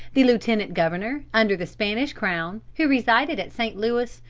the lieutenant governor under the spanish crown, who resided at st. louis,